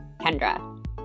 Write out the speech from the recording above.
Kendra